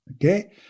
okay